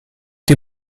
die